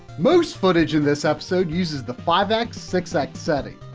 most footage in this episode uses the five x six x setting.